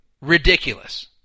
Ridiculous